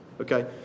okay